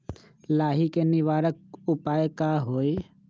लाही के निवारक उपाय का होई?